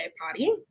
party